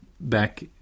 back